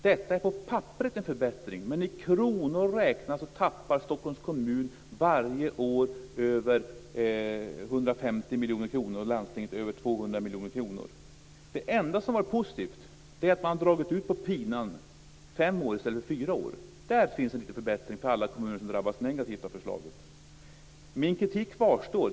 Det är en förbättring på papperet, men i kronor räknat tappar Stockholms kommun varje år över 150 miljoner kronor och landstinget över 200 miljoner kronor. Det enda som är positivt är att man dragit ut på pinan i fem år i stället för fyra år. Där finns en liten förbättring för alla kommuner som drabbas negativt av förslaget. Min kritik kvarstår.